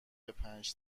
پنج